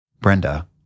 Brenda